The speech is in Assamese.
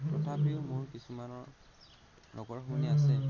তথাপিও মোৰ কিছুমানৰ লগৰ আছে